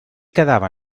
quedava